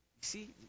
see